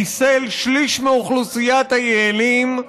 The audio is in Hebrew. חיסל שליש מאוכלוסיית היעלים,